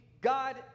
God